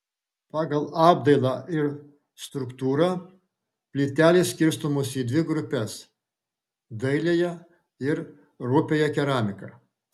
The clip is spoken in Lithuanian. pagal apdailą ir struktūrą plytelės skirstomos į dvi grupes dailiąją ir rupiąją keramiką